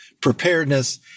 preparedness